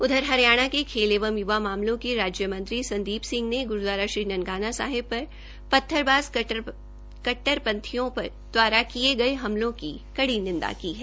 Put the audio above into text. उधर हरियाणा के खेल एवं युवा मामले के राज्य मंत्री संदीप सिंह ने गुरूद्वारा श्री ननकाना साहिब पर पत्थरबाज कट्टरपंथियों द्वारा किए गए हमले की निंदा की है